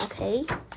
okay